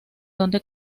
donde